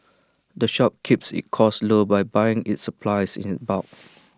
the shop keeps its costs low by buying its supplies in bulk